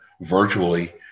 virtually